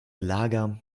lager